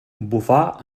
bufar